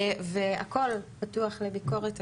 והכול פתוח לביקורת,